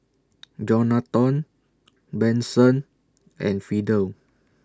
Jonathon Benson and Fidel